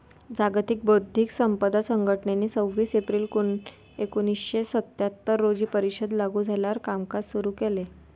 जागतिक बौद्धिक संपदा संघटनेने सव्वीस एप्रिल एकोणीसशे सत्याहत्तर रोजी परिषद लागू झाल्यावर कामकाज सुरू केले